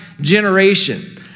generation